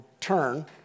turn